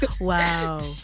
Wow